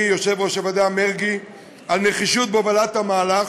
יושב-ראש הוועדה מרגי על הנחישות בהובלת המהלך,